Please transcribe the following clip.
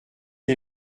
des